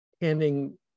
handing